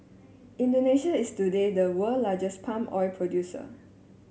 Indonesia is today the world largest palm oil producer